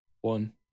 one